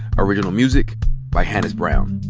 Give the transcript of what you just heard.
original music by hannis brown.